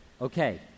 okay